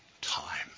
time